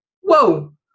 whoa